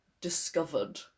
discovered